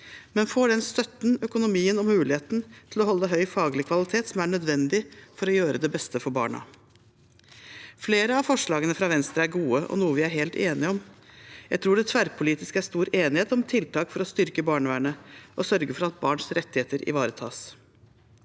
men får den støtten, økonomien og muligheten til å holde høy faglig kvalitet som er nødvendig for å gjøre det beste for barna. Flere av forslagene fra Venstre er gode og noe vi er helt enige om. Jeg tror det tverrpolitisk er stor enighet om tiltak for å styrke barnevernet og sørge for at barns rettigheter ivaretas.